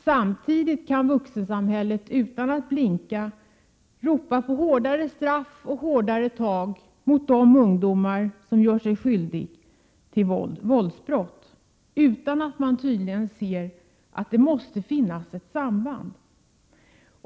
Samtidigt kan vuxensamhället utan att blinka ropa på hårdare straff och hårdare tag mot de ungdomar som gör sig skyldiga till våldsbrott. Man ser tydligen inte att det här finns ett samband.